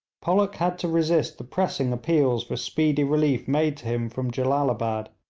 pollock had to resist the pressing appeals for speedy relief made to him from jellalabad,